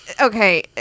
okay